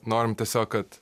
norim tiesiog kad